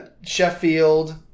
Sheffield